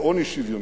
בעוני שוויוני.